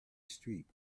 street